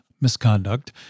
misconduct